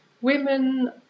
Women